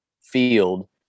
field